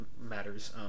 matters